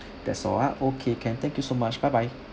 that's all ah okay can thank you so much bye bye